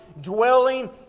dwelling